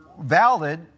valid